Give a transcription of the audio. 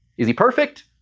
is he perfect?